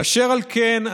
אשר על כן,